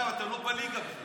דרך אגב, אתם לא בליגה בכלל.